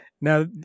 Now